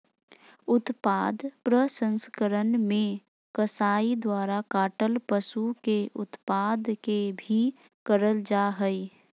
उत्पाद प्रसंस्करण मे कसाई द्वारा काटल पशु के उत्पाद के भी करल जा हई